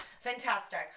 fantastic